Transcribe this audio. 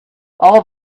all